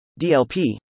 DLP